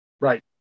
Right